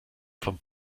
vom